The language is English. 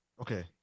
Okay